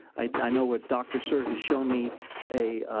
i i know what dr. suhr has shown me a